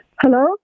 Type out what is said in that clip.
Hello